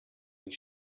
you